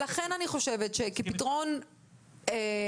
לכן אני חושבת שכפתרון ביניים,